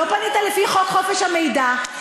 לא פנית לפי חוק חופש המידע,